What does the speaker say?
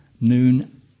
noon